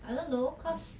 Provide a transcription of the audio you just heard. I don't know cause